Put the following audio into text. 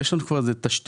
יש לנו כבר איזה תשתית,